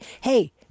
hey